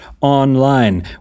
online